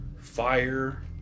fire